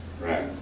Right